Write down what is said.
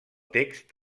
text